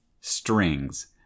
strings